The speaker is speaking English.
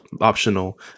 optional